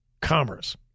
commerce